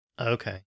Okay